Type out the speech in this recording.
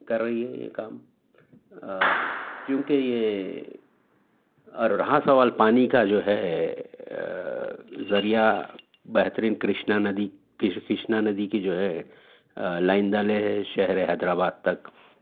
کر رہی ہے یہ کام چونکہ یہ اور رہا سوال پانی کا جو ہے ذریعہ بہترین کرشنا ندی کشنا ندی کی جو ہے لائن ڈالے ہے شہرے حیدرآباد تک